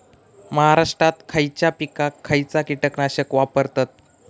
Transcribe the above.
महाराष्ट्रात खयच्या पिकाक खयचा कीटकनाशक वापरतत?